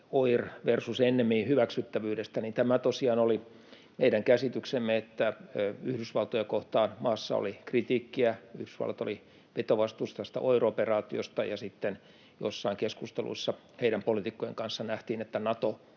OIRin versus NMI:n hyväksyttävyydestä. Tämä tosiaan oli meidän käsityksemme, että Yhdysvaltoja kohtaan maassa oli kritiikkiä. Yhdysvallat oli vetovastuussa tästä OIR-operaatiosta, ja sitten joissain keskusteluissa heidän poliitikkojensa kanssa nähtiin, että Nato